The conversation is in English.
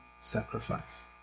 sacrifice